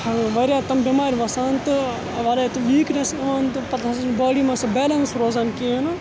واریاہ تِم بٮ۪مارِ وَسان تہٕ واریاہ تہٕ ویٖکنٮ۪س یِوان تہٕ پَتہٕ ہَسا چھِ باڈی منٛز سُہ بیلَنٕس روزان کِہیٖنۍ